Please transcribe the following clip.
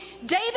David